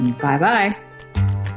Bye-bye